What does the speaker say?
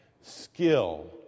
skill